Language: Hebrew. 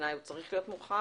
בעיניי הוא צריך להיות מורחב.